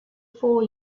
four